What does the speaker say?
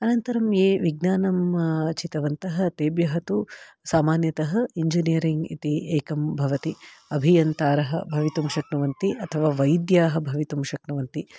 अनन्तरं ये विज्ञानं चितवन्तः तेभ्यः तु सामान्यतः एङ्जीनियरिङ्ग् इति एकं भवति अभियन्तारः भवितुं शक्नुवन्ति अथवा वैद्याः भवितुं शक्नुवन्ति